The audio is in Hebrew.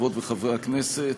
חברות וחברי הכנסת,